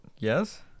Yes